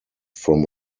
from